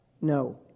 No